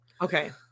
Okay